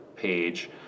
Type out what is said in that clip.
Page